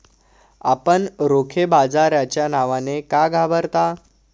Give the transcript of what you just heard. आपण रोखे बाजाराच्या नावाने का घाबरता?